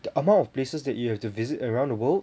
the amount of places that you have to visit around the world